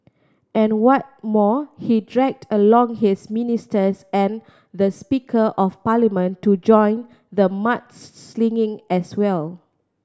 and what more he dragged along his ministers and the Speaker of Parliament to join the mud slinging as well